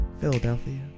Philadelphia